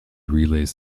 relays